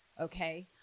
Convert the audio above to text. okay